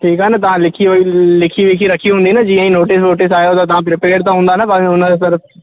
ठीकु आहे न तव्हां लिखी लिखी विखी रखी हूंदी न जीअं ई नोटिस वोटिस आयो त तव्हां प्रिपेयर त हूंदा न पंहिंजो हुन जे तरफ